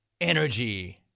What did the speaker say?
energy